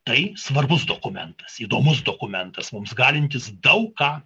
tai svarbus dokumentas įdomus dokumentas mums galintis daug ką